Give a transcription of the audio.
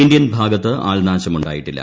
Indian ഭാഗത്ത് ആൾനാശമുണ്ടായിട്ടില്ല